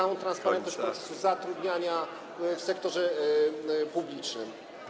całą transparentność procesu zatrudniania w sektorze publicznym.